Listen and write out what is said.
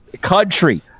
country